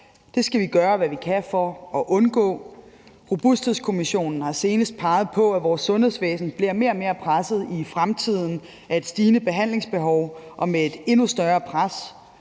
Det skal vi gøre, hvad vi kan, for at undgå. Robusthedskommissionen har senest peget på, at vores sundhedsvæsen bliver mere og mere presset i fremtiden af et stigende behandlingsbehov og et endnu større pres